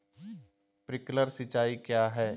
Sprinkler सिंचाई क्या है?